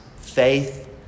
faith